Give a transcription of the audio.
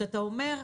שאתה אומר,